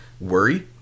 worry